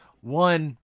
One